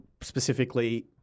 specifically –